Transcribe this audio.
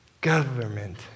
government